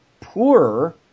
poorer